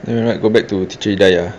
then right go back to teacher hidayah